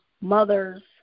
mothers